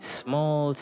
small